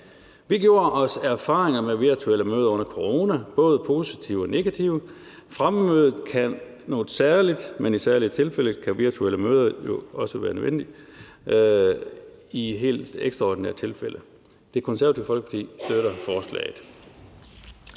Vi gjorde os erfaringer med virtuelle møder under corona, både positive og negative. Fremmøde kan noget særligt, men i særlige tilfælde kan virtuelle møder jo også være nødvendige, altså i helt ekstraordinære tilfælde. Det Konservative Folkeparti støtter forslaget.